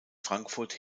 frankfurt